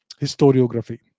historiography